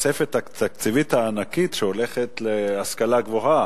התוספת התקציבית הענקית שהולכת להשכלה הגבוהה,